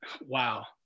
wow